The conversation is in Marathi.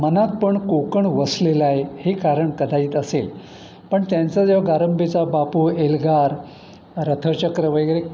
मनात पण कोकण वसलेलं आहे हे कारण कथाहीत असेल पण त्यांचा जेव्हा गारंबीचा बापू एल्गार रथचक्र वगैरे